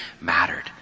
mattered